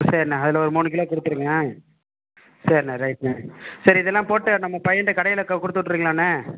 சரிண்ணே அதில் ஒரு மூணு கிலோ கொடுத்துடுங்க சரிண்ணே ரைட்ண்ணே சரி இதெல்லாம் போட்டு நம்ம பையன்கிட்ட கடையில் கொ கொடுத்து விட்டுறீங்களாண்ணே